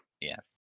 Yes